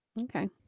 Okay